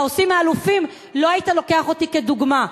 עושים האלופים לא היית לוקח אותי כדוגמה.